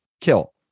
Kill